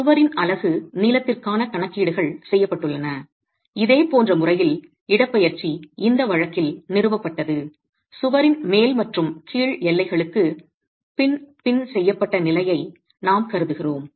சுவரின் அலகு நீளத்திற்கான கணக்கீடுகள் செய்யப்பட்டுள்ளன இதேபோன்ற முறையில் இடப்பெயர்ச்சி இந்த வழக்கில் நிறுவப்பட்டது சுவரின் மேல் மற்றும் கீழ் எல்லைகளுக்கு பின் பின் செய்யப்பட்ட நிலையை நாம் கருதுகிறோம்